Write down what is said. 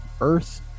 earth